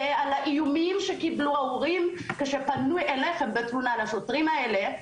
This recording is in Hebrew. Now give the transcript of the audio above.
ועל האיומים שקיבלו ההורים כשפנו אליכם בתלונה על השוטרים האלה,